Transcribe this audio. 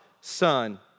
son